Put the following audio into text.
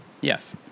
Yes